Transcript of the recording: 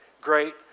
great